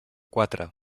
quatre